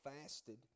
fasted